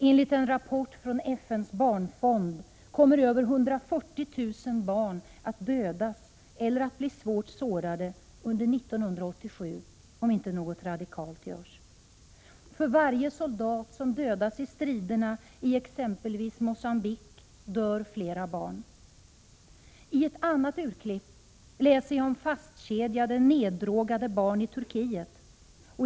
Enligt en rapport från FN:s barnfond kommer över 140 000 barn att dödas eller att bli svårt sårade under 1987 om inte något radikalt görs. För varje soldat som dödas i striderna i exempelvis Mogambique dör flera barn. I ett annat urklipp läser jag om fastkedjade, neddrogade barn i Turkiet.